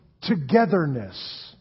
togetherness